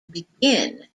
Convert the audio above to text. begin